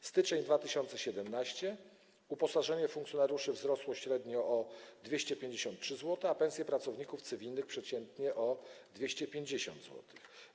W styczniu 2017 r. uposażenie funkcjonariuszy wzrosło średnio o 253 zł, a pensje pracowników cywilnych - przeciętnie o 250 zł.